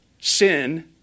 Sin